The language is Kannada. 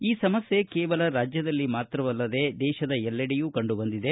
ಈ ಸಮಸ್ಥೆ ಕೇವಲ ರಾಜ್ಯದಲ್ಲಿ ಮಾತ್ರವಲ್ಲದೆ ದೇತದ ಎಲ್ಲೆಡೆ ಕಂಡುಬಂದಿದೆ